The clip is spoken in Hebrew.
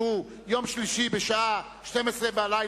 שהוא יום שלישי בשעה 24:00,